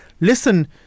listen